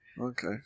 Okay